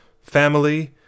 family